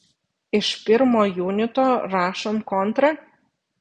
iš pirmo junito rašom kontrą